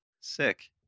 Sick